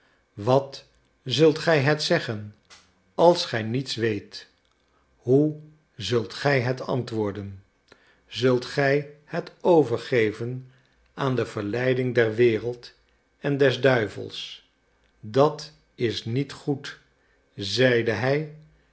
wat zult gij het zeggen als gij niets weet hoe zult gij het antwoorden zult gij het overgeven aan de verleiding der wereld en des duivels dat is niet goed zeide hij